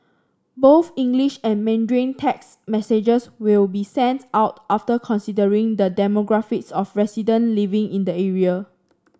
both English and Mandarin text messages will be sent out after considering the demographics of resident living in the area